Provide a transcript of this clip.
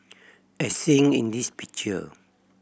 as seen in this picture